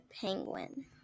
penguin